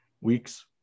weeks